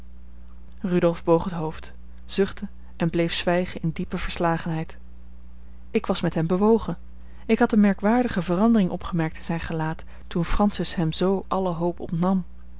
rudolf boog het hoofd zuchtte en bleef zwijgen in diepe verslagenheid ik was met hem bewogen ik had eene merkwaardige verandering opgemerkt in zijn gelaat toen francis hem zoo alle hoop ontnam